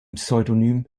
pseudonym